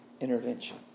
intervention